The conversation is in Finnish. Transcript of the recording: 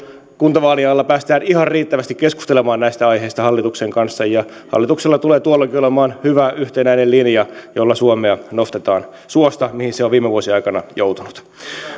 kuntavaalien alla päästään ihan riittävästi keskustelemaan näistä aiheista hallituksen kanssa ja hallituksella tulee tuolloinkin olemaan hyvä yhtenäinen linja jolla suomea nostetaan suosta mihin se on viime vuosien aikana joutunut